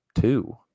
two